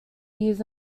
years